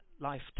life